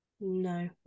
no